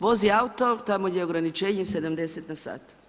Vozi auto tamo gdje je ograničenje 70 na sat.